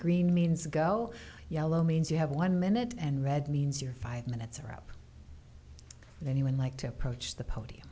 green means go yellow means you have one minute and red means your five minutes are up anyone like to approach the podium